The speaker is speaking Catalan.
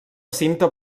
cinta